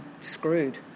screwed